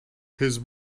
his